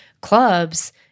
clubs—